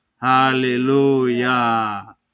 Hallelujah